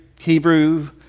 Hebrew